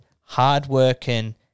hard-working